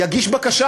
יגיש בקשה.